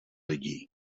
lidí